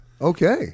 Okay